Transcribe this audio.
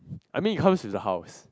I mean it comes to the house